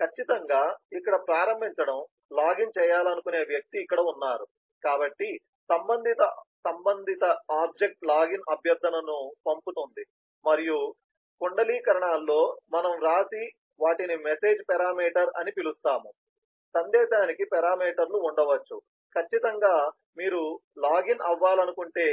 ఖచ్చితంగా ఇక్కడ ప్రారంభించడం లాగిన్ చేయాలనుకునే వ్యక్తి ఇక్కడ ఉన్నారు కాబట్టి సంబంధిత ఆబ్జెక్ట్ లాగిన్ అభ్యర్థనను పంపుతుంది మరియు కుండలీకరణాల్లో మనం వ్రాసే వాటిని మెసేజ్ పెరామీటర్ అని పిలుస్తారు సందేశానికి పెరామీటర్ లు ఉండవచ్చు ఖచ్చితంగా మీరు లాగిన్ అవ్వాలంటే